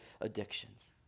addictions